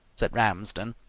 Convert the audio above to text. said ramsden,